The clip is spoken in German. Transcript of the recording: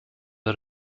der